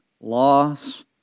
loss